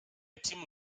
team